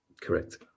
Correct